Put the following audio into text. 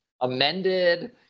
amended